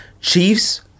Chiefs